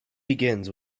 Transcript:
begins